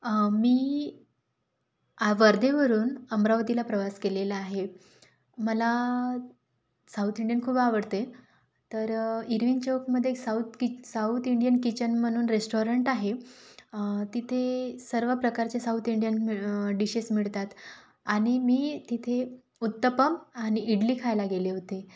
मी वर्धेवरून अमरावतीला प्रवास केलेला आहे मला साऊथ इंडियन खूप आवडते तरं इरवी चौक मध्ये साऊत कि साऊत इंडियन किचन म्हणून रेस्टॉरंट आहे तिथे सर्व प्रकारचे साऊथ इंडियन डिशेस मिळतात आणि मी तिथे उत्तप्पम आणि इडली खायला गेले होते